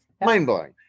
Mind-blowing